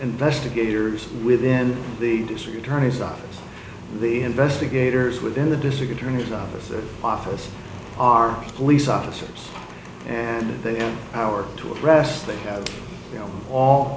investigators within the district attorney's office the investigators within the district attorney's office the office our police officers and then an hour to address that you know all